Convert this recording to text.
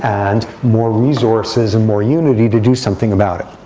and more resources, and more unity to do something about it.